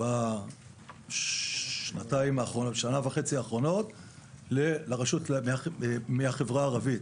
בשנה וחצי האחרונות מהחברה הערבית,